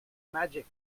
magic